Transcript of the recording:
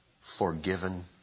forgiven